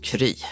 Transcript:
Kry